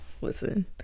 Listen